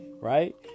right